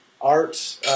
art